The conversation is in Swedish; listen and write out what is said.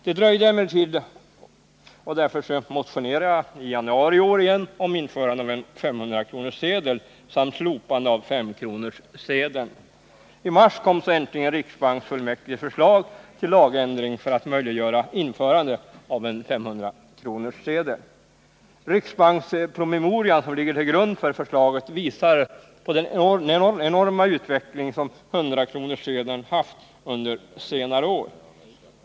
Det dröjde emellertid, och därför motionerade jag i januari i år igen om införande av en 500-kronorssedel samt slopande av S-kronorssedeln. I mars kom äntligen riksbanksfullmäktiges förslag till lagändring för att möjliggöra införande av en 500-kronorssedel. Riksbankspromemorian, som ligger till grund för förslaget, visar den enorma utveckling som 100-kronorssedeln haft under senare år.